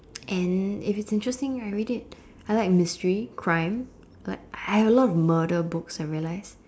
and if it is interesting right I'll read it I like mystery crime I like I have a lot of murder books I realise